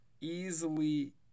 easily